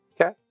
Okay